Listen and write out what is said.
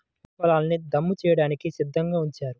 వరి పొలాల్ని దమ్ము చేయడానికి సిద్ధంగా ఉంచారు